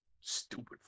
stupid